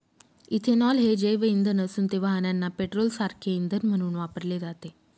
ethanol हे जैवइंधन असून ते वाहनांना पेट्रोलसारखे इंधन म्हणून वापरले जाते